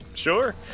Sure